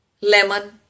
lemon